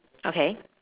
okay